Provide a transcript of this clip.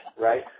right